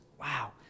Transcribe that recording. wow